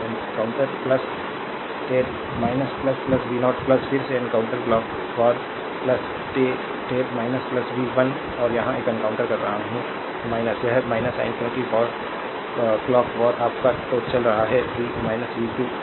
तो एनकाउंटर टेर v0 फिर से एनकाउंटर क्लॉक वार टेर वी 1 और यहाँ यह एनकाउंटर कर रहा है यह साइन क्लॉक वार आपका तो चल रहा है v 2 0